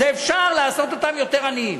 אפשר לעשות אותם יותר עניים.